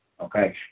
okay